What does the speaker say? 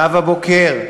נאוה בוקר,